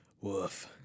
Woof